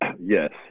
Yes